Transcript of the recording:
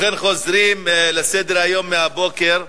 אנחנו חוזרים לסדר-היום מהבוקר: